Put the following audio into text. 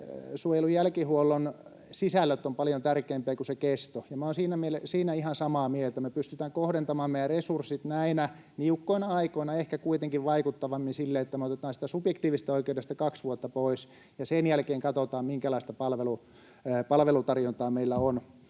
lastensuojelun jälkihuollon sisällöt ovat paljon tärkeämpiä kuin se kesto, ja minä olen siinä ihan samaa mieltä. Me pystytään kohdentamaan meidän resurssit näinä niukkoina aikoina ehkä kuitenkin vaikuttavammin silleen, että me otetaan siitä subjektiivisesta oikeudesta kaksi vuotta pois ja sen jälkeen katsotaan, minkälaista palvelutarjontaa meillä on